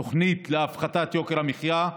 תוכנית להפחתת יוקר המחיה,